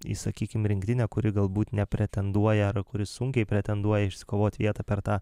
į sakykim rinktinę kuri galbūt nepretenduoja ar kuri sunkiai pretenduoja išsikovot vietą per tą